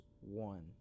one